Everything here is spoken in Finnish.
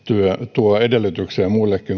tuo edellytyksiä muillekin